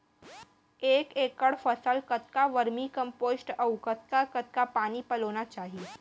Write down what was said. एक एकड़ फसल कतका वर्मीकम्पोस्ट अऊ कतका कतका पानी पलोना चाही?